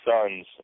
sons